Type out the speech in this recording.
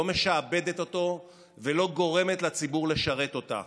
לא משעבדת אותו ולא גורמת לציבור לשרת אותה.